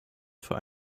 für